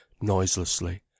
noiselessly